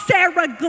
Sarah